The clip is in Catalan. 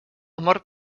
mort